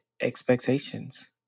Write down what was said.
expectations